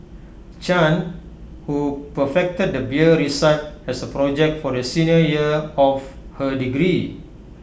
chan who perfected the beer has A project for the senior year of her degree